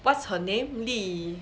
what's her name li